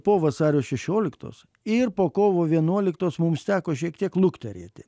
po vasario šešioliktos ir po kovo vienuoliktos mums teko šiek tiek lukterėti